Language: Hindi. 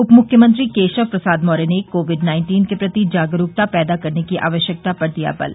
उप मुख्यमंत्री केशव प्रसाद मौर्य ने कोविड नाइंटीन के प्रति जागरूकता पैदा करने की आवश्यकता पर दिया बल